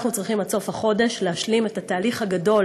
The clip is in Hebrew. אנחנו צריכים עד סוף החודש להשלים את התהליך הגדול,